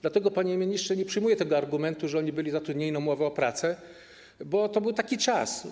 Dlatego, panie ministrze, nie przyjmuję tego argumentu, że oni byli zatrudnieni na umowę o pracę, bo był taki czas.